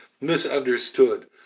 misunderstood